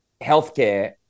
healthcare